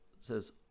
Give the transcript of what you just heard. says